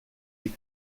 est